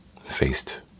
faced